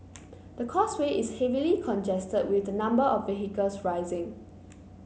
the causeway is heavily congested with the number of vehicles rising